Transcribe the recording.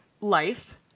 life